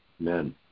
Amen